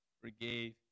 forgave